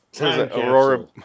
Aurora